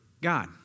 God